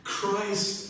Christ